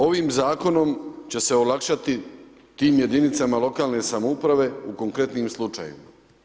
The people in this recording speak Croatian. Ovim zakonom će se olakšati tim jedinicama lokalne samouprave u konkretnim slučaju.